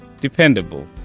dependable